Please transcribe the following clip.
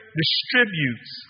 distributes